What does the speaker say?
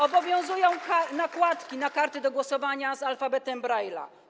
Obowiązują nakładki na karty do głosowania z alfabetem Braille’a.